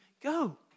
go